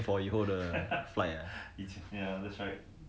累 eh